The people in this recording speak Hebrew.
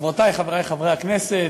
חברותי וחברי חברי הכנסת,